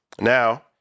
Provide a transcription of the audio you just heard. now